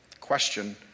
question